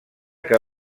que